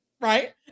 right